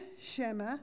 Shema